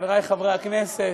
חברי חברי הכנסת,